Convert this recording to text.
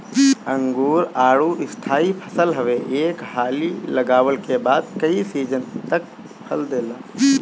अंगूर, आडू स्थाई फसल हवे एक हाली लगवला के बाद कई सीजन तक फल देला